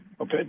Okay